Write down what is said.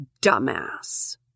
dumbass